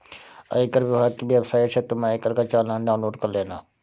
आयकर विभाग की वेबसाइट से तुम आयकर का चालान डाउनलोड कर लेना